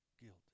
guilty